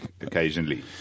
occasionally